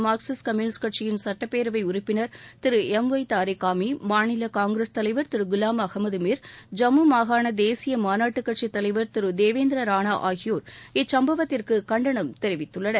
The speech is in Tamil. மார்க்சிஸ்ட் கம்யூனிஸ்ட கட்சி சட்டப்பேரவை உறுப்பினர் திரு எம் ஒய் தாரிகாமி மாநில காங்கிரஸ் தலைவர் திரு குவாம் அகமது மிர் ஜம்மு மாகாண தேசிய மாநாட்டு கட்சித்தலைவா திரு தேவேந்திர ராணா ஆகியோர் இச்சம்பவத்திற்கு கண்டனம் தெரிவித்துள்ளனர்